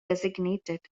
designated